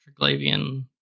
Triglavian